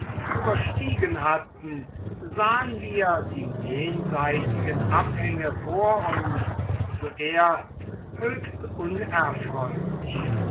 überstiegen hatten sahen wir die jenseitigen abhänge vor uns zuerst höchst unerfreulich